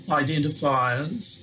identifiers